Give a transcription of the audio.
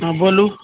हँ बोलू